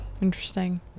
interesting